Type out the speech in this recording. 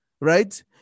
right